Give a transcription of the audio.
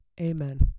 amen